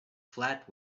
flat